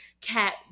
cat